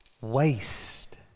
waste